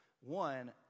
One